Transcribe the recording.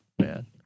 man